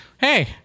hey